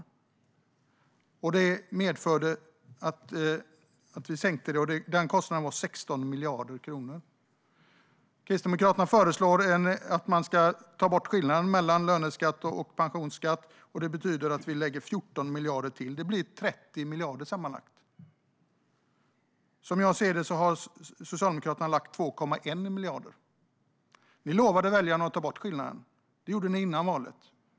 Kostnaden för det var 16 miljarder kronor. Kristdemokraterna förslår att man ska ta bort skillnaden mellan löneskatt och pensionsskatt. Det betyder att vi lägger till 14 miljarder, och det blir 30 miljarder sammanlagt. Som jag ser det har Socialdemokraterna lagt 2,1 miljarder. Ni lovade väljarna före valet att ta bort skillnaden.